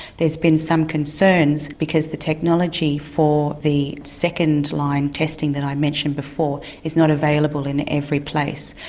there've been some concerns because the technology for the second line testing that i mentioned before is not available in every place.